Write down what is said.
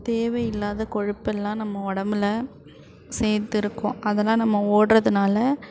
தேவை இல்லாத கொழுப்பெல்லாம் நம்ம உடம்புல சேர்த்து இருக்கும் அதெல்லாம் நம்ம ஓடுறதுனால